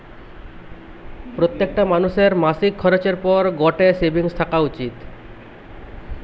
প্রত্যেকটা মানুষের মাসিক খরচের পর গটে সেভিংস থাকা উচিত